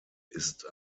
ist